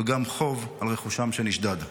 וגם חוב על רכושם שנשדד.